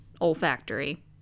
Olfactory